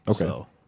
Okay